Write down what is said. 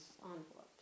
envelopes